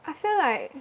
I feel like